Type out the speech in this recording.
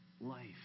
life